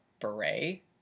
beret